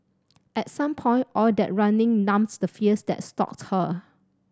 at some point all that running numbed the fears that stalked her